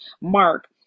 Mark